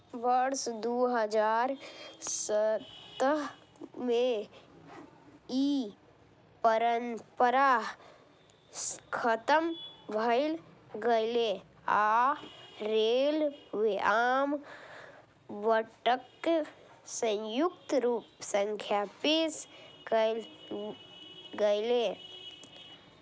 वर्ष दू हजार सत्रह मे ई परंपरा खतम भए गेलै आ रेल व आम बजट संयुक्त रूप सं पेश कैल गेलै